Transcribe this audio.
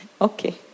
Okay